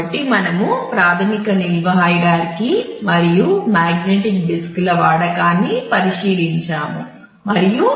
కాబట్టి మనము ప్రాథమిక నిల్వ హైరార్కీ పరంగా నియంత్రించే పారామితులు ఏమిటి